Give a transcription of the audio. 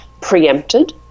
preempted